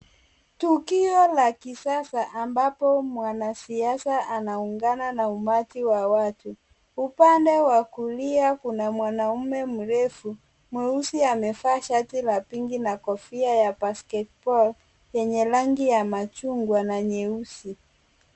Tukio la kisasa ambapo mwanasiasa anaungana na umati wa watu. Upande wa kulia kuna mwanamme mrefu, mweusi amevaa shati la pinki na kofia ya basketball , yenye rangi ya machungwa na nyeusi.